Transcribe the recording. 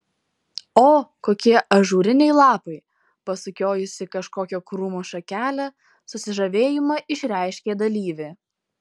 o kokie ažūriniai lapai pasukiojusi kažkokio krūmo šakelę susižavėjimą išreiškė dalyvė